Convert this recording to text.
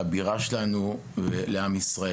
לבירה שלנו ולמדינת ישראל.